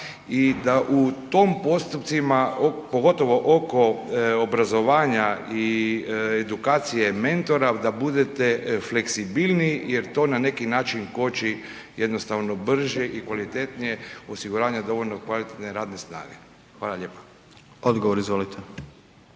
i da u tim postupcima pogotovo oko obrazovanja i edukacije mentora da budete fleksibilniji jer to na neki način koči jednostavno brže i kvalitetnije osiguranje dovoljno kvalitetne radne snage. Hvala lijepa. **Jandroković,